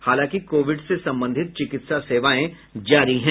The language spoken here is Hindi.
हालांकि कोविड से संबंधित चिकित्सा सेवाएं जारी है